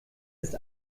ist